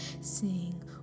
Sing